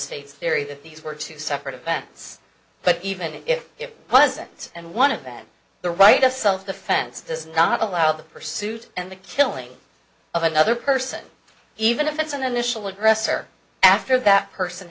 state's theory that these were two separate events but even if it wasn't and one of them the right of self defense does not allow the pursuit and the killing of another person even if it's an initial aggressor after that person